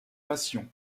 passions